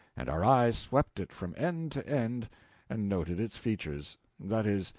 and our eyes swept it from end to end and noted its features. that is,